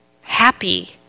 happy